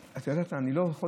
את יודעת מה,